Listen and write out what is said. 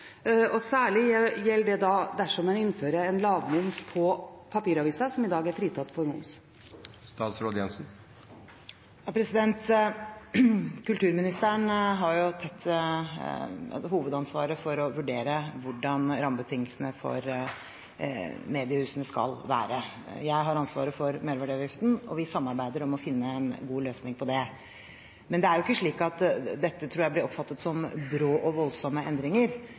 dag er fritatt for moms. Kulturministeren har hovedansvaret for å vurdere hvordan rammebetingelsene for mediehusene skal være. Jeg har ansvaret for merverdiavgiften, og vi samarbeider om å finne en god løsning på det. Men det er ikke slik at dette – tror jeg – blir oppfattet som brå og voldsomme endringer.